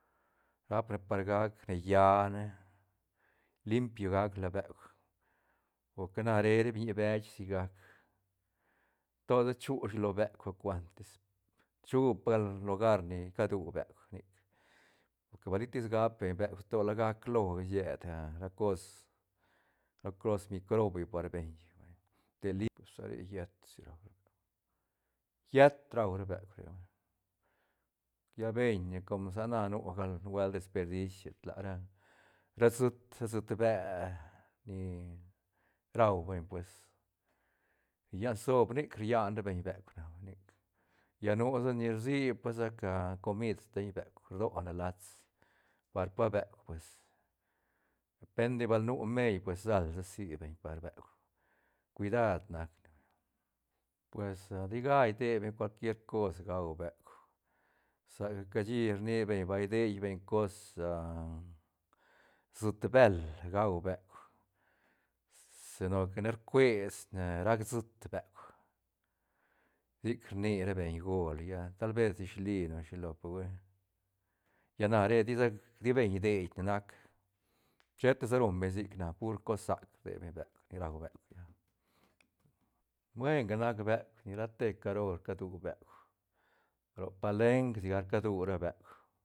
Rap ne par gac ne llane limpio gap la beuk porque na re ra biñi beche sigac to se chu shi lo beuk o cuentis tis chu pa lugar ni cadu beuk nic porque ba litis gap beñ beuk to la gac loga sied ra cos ra cos microbio par beñ chic vay de sa re yët si rau beñ yët rau ra beuk re vay lla beñ ne com sa na nu gal nubuelt desperdis tlara ra siit- siit bel ni rau beñ pues rian sobr nic rian beñ beuk na vay nic lla nu sa ni rsi pasac comid steñ beuk rdo ne lats par pa beuk pues depende bal nu meil pues sal sa si beñ par beuk cuidad nac ne vay pues digal idei beñ cualuier cos gau beuk saca cashi rni beñ bal idei beñ cos siit vel gau beuk si no que ne rcues ne rac siit beuk sic rni ra bengol lla tal ves dishli o shilo pe hui lla na re tisac ti beñ idei nac sheta sa ruñ beñ sic na pur cos rdei beñ beuk ni rau beuk ya buenca nac buek nia ra te caro cadu beuk ro palenquek sigac cadu ra beuk.